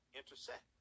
intersect